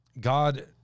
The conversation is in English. God